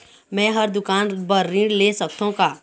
मैं हर दुकान बर ऋण ले सकथों का?